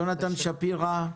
יונתן שפירא,